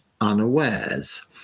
unawares